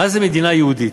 מה זה מדינה יהודית.